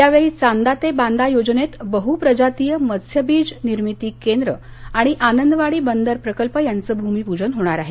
यावेळी चांदा ते बांदा योजनेत बहुप्रजातीय मत्स्यबीज निर्मिती केंद्र आणि आनंदवाडी बदर प्रकल्प यांच भूमीपूजन होणार आहे